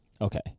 Okay